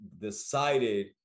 decided